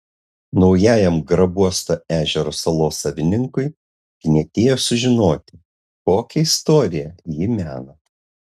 naujajam grabuosto ežero salos savininkui knietėjo sužinoti kokią istoriją ji mena